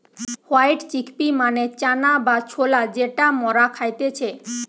white chickpea মানে চানা বা ছোলা যেটা মরা খাইতেছে